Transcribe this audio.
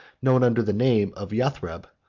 known under the name of yathreb,